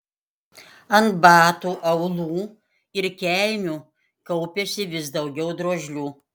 ant batų aulų ir kelnių kaupėsi vis daugiau drožlių